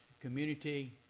community